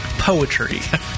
poetry